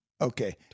okay